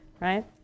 right